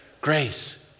Grace